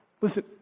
listen